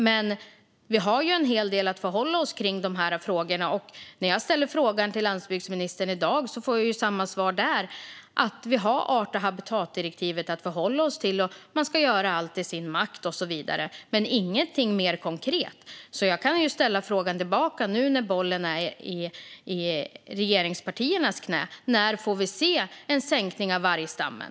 Men vi har en hel del att förhålla oss till när det gäller dessa frågor. Och när jag ställer frågan till landsbygdsministern i dag får jag samma svar från honom, alltså att vi har art och habitatdirektivet att förhålla oss till, att man ska göra allt i sin makt och så vidare. Men det sägs ingenting mer konkret. Jag kan därför ställa frågan tillbaka nu när bollen är hos regeringspartierna: När får vi se en minskning av vargstammen?